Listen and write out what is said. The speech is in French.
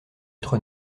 être